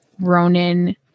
Ronan